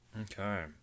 okay